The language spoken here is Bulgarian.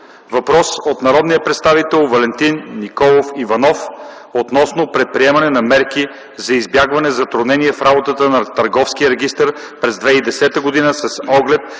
Въпрос от народния представител Валентин Николов Иванов относно предприемане на мерки за избягване затруднения в работата на Търговския